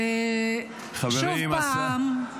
להגיד וגם להודות למציע החוק המקורי,